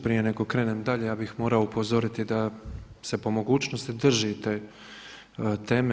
Prije nego krenem dalje ja bih morao upozoriti da se po mogućnosti držite teme.